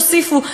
תוסיפו,